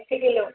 अधि किलो